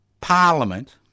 Parliament